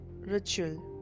ritual